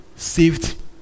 Saved